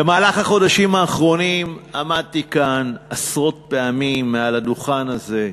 בחודשים האחרונים עמדתי כאן עשרות פעמים מעל הדוכן הזה,